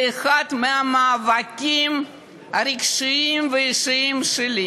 זה אחד המאבקים הרגשיים והאישיים שלי,